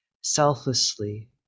selflessly